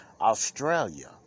Australia